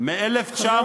תודה